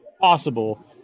possible